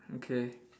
okay